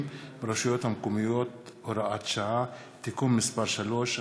ברשויות המקומיות (הוראת שעה) (תיקון מס׳ 3),